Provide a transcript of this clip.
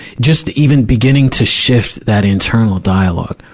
just even beginning to shift that internal dialogue.